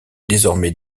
désormais